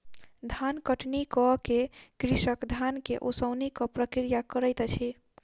धान कटनी कअ के कृषक धान के ओसौनिक प्रक्रिया करैत अछि